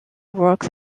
works